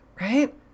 Right